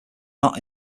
not